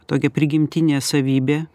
tokia prigimtinė savybė